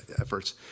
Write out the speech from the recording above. efforts